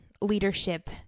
leadership